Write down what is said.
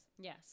yes